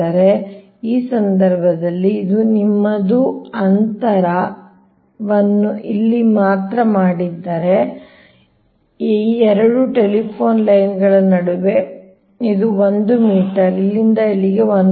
ಆದ್ದರಿಂದ ಈ ಸಂದರ್ಭದಲ್ಲಿ ಇದು ನಿಮ್ಮದು ಈ ಅಂತರ ನಾನು ಇಲ್ಲಿ ಮಾತ್ರ ಮಾಡಿದರೆ ಆದ್ದರಿಂದ ಇದು ಈ ಎರಡು ಟೆಲಿಫೋನ್ ಲೈನ್ಗಳ ನಡುವೆ ಇದು 1 ಮೀಟರ್ ಇಲ್ಲಿಂದ ಇಲ್ಲಿಗೆ 1